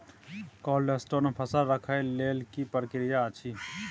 Cold store मे फसल रखय लेल की प्रक्रिया अछि?